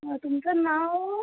मग तुमचं नाव